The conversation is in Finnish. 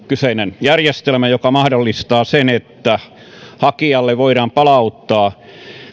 kyseinen järjestelmä joka mahdollistaa sen että hakijalle voidaan palauttaa